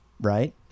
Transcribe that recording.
right